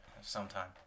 sometime